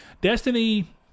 Destiny